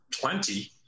plenty